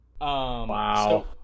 Wow